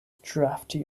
drafty